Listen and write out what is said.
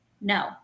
no